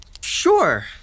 Sure